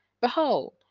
Behold